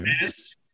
yes